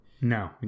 No